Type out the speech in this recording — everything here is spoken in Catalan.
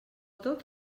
tot